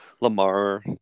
Lamar